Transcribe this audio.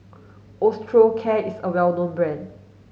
Osteocare is a well known brand